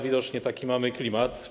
Widocznie taki mamy klimat.